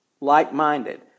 like-minded